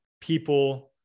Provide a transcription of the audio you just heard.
people